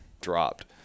dropped